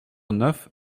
neuf